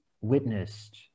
witnessed